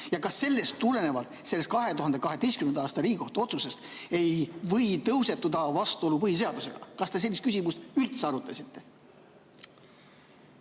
ja kas sellest tulenevalt, sellest 2012. aasta Riigikohtu otsusest tulenevalt, ei või tõusetuda vastuolu põhiseadusega? Kas te sellist küsimust üldse arutasite?